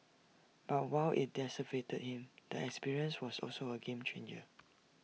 but while IT devastated him the experience was also A game changer